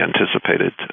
anticipated